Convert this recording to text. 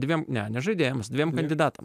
dviem ne ne žaidėjams dviem kandidatams